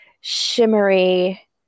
shimmery